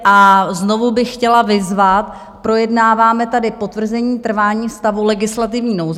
A znovu bych chtěla vyzvat, projednáváme tady potvrzení trvání stavu legislativní nouze.